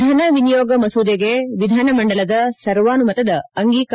ಧನ ವಿನಿಯೋಗ ಮಸೂದೆಗೆ ವಿಧಾನಮಂಡಲದ ಸರ್ವಾನುಮತದ ಅಂಗೀಕಾರ